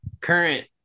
current